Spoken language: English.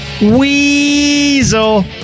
Weasel